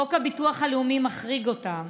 חוק הביטוח הלאומי מחריג אותם,